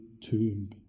tomb